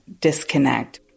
disconnect